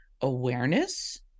awareness